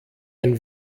ein